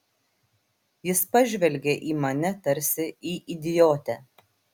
jis pažvelgė į mane tarsi į idiotę